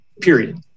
period